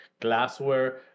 glassware